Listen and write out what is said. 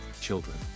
children